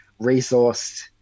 resourced